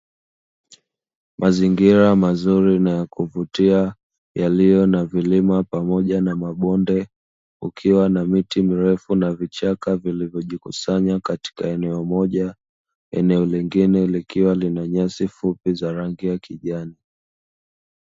Mazingira mazuri na ya kuvutia yaliyo na vilima pamoja na mabonde kukiwa na miti virefu na vichaka vilivyojikusanya katika eneo moja, eneo lingine likiwa lina nyasi fupi za rangi ya kijani.